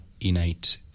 innate